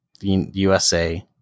USA